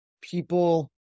people